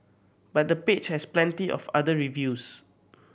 but the page has plenty of other reviews